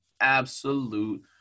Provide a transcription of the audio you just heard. absolute